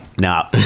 No